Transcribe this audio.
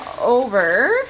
over